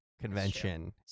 convention